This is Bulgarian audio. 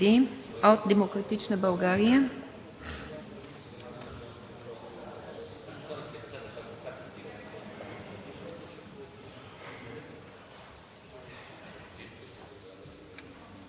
Благодаря Ви. От „Демократична България“?